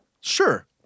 Sure